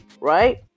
Right